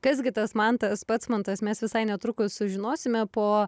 kas gi tas mantas patsmantas mes visai netrukus sužinosime po